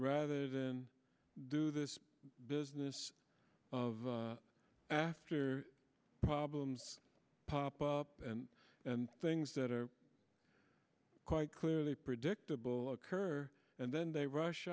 rather than do this this of after problems pop up and and things that are quite clearly predictable occur and then they rush